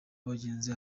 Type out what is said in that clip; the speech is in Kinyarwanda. abagenzi